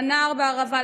לנער בערבה,